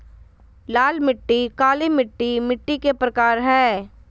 लाल मिट्टी, काली मिट्टी मिट्टी के प्रकार हय